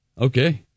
Okay